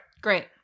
Great